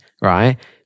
right